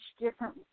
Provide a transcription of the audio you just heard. different